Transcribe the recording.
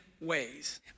ways